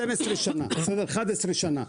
אחרי 11 שנה.